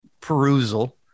perusal